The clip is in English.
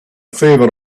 favor